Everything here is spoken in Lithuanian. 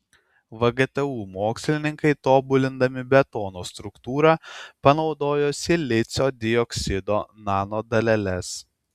vgtu mokslininkai tobulindami betono struktūrą panaudojo silicio dioksido nanodaleles